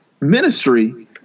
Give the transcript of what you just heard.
Ministry